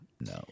No